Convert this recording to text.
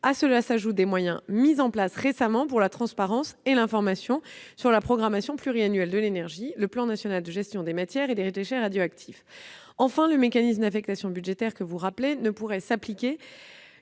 auquel s'ajoutent les moyens récemment mis en place en faveur de la transparence et de l'information sur la programmation pluriannuelle de l'énergie et le plan national de gestion des matières et des déchets radioactifs. Enfin, le mécanisme d'affectation budgétaire que vous rappelez ne pourrait s'appliquer